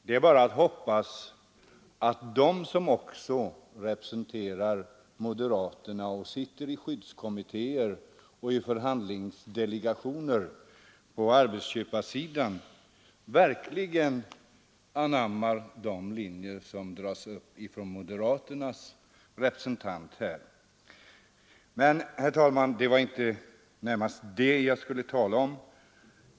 Det är bara att hoppas att de som representerar moderaterna och arbetsköparsidan och som sitter i skyddskommittéer och förhandlingsdelegationer verkligen anammar de linjer som dras upp av moderaternas representant här. Men, herr talman, det var inte närmast detta jag skulle tala om.